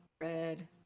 red